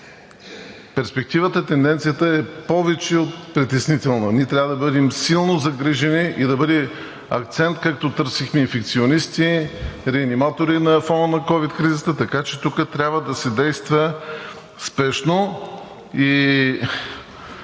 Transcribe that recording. Перспективата, тенденцията е повече от притеснителна и ние трябва да бъдем силно загрижени, да бъде акцент, както търсихме инфекционисти, реаниматори на фона на ковид кризата, така че тук трябва да се действа спешно.